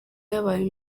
yabaye